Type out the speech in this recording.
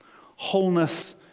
wholeness